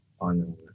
on